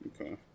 Okay